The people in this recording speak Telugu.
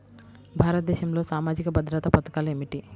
భారతదేశంలో సామాజిక భద్రతా పథకాలు ఏమిటీ?